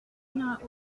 not